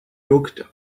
looked